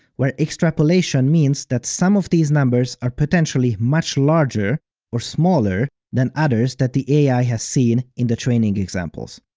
where extrapolation means that some of these numbers are potentially much larger or smaller than others that the ai has seen in the training examples.